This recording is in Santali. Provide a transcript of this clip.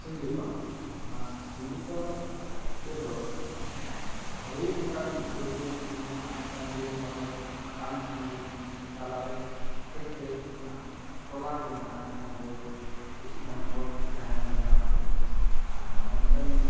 ᱥᱤᱢᱲᱤᱯᱟᱲ ᱚᱱᱟ ᱥᱤᱢᱲᱤᱯᱟᱲ ᱨᱮᱫᱚ ᱢᱟᱱᱮ ᱟᱹᱰᱤ ᱜᱚᱴᱟᱝ ᱰᱩᱝᱨᱤ ᱫᱷᱤᱨᱤ ᱢᱮᱱᱟᱜᱼᱟ ᱢᱤᱫᱴᱟᱝ ᱵᱩᱨᱩᱢ ᱯᱟᱨᱚᱢ ᱞᱮᱠᱷᱟᱱ ᱟᱨ ᱢᱤᱫᱴᱟᱝ ᱵᱩᱨᱩᱢ ᱧᱟᱟ ᱛᱟᱞᱟᱨᱮ ᱠᱟᱹᱡ ᱠᱟᱹᱡ ᱚᱱᱟ ᱴᱚᱞᱟ ᱠᱚ ᱢᱮᱱᱟᱜᱼᱟ ᱡᱟᱦᱟᱸ ᱜᱮ ᱠᱤᱪᱷᱩ ᱜᱟᱱ ᱦᱚᱲ ᱠᱚ ᱠᱚ ᱛᱟᱦᱮᱱ ᱠᱟᱱ ᱜᱮᱭᱟ ᱚᱱᱟ ᱠᱚᱨᱮᱜ ᱟᱨ ᱚᱱᱟ ᱢᱤᱫᱴᱟᱝ